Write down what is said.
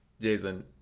Jason